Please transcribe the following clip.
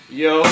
yo